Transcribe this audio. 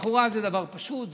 לכאורה זה דבר פשוט.